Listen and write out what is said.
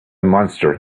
monster